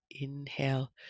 Inhale